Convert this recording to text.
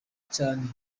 cyane